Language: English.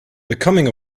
becoming